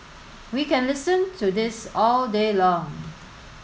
we can listen to this all day long